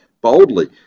boldly